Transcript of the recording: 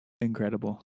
Incredible